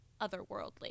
otherworldly